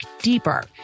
deeper